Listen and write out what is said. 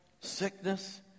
sickness